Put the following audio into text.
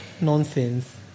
Nonsense